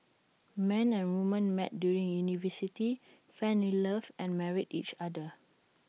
man and woman met during university fell in love and married each other